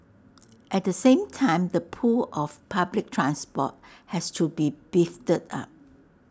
at the same time the pull of public transport has to be beefed up